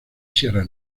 sierra